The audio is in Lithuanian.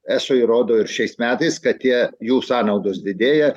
eso įrodo ir šiais metais kad tie jų sąnaudos didėja